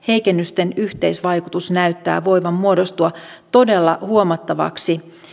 heikennysten yhteisvaikutus näyttää voivan muodostua todella huomattavaksi